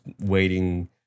waiting